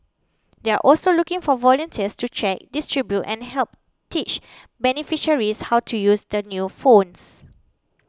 they're also looking for volunteers to check distribute and help teach beneficiaries how to use the new phones